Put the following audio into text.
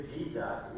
Jesus